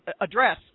address